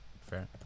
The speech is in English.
fair